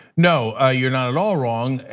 no, ah you're not at all wrong.